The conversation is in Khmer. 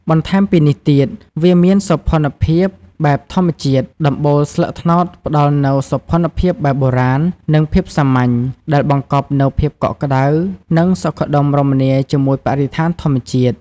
បន្ថែមពីនេះទៀត វាមានសោភ័ណភាពបែបធម្មជាតិ ដំបូលស្លឹកត្នោតផ្ដល់នូវ សោភ័ណភាពបែបបុរាណ និងភាពសាមញ្ញ ដែលបង្កប់នូវភាពកក់ក្ដៅ និងសុខដុមរមនាជាមួយបរិស្ថានធម្មជាតិ។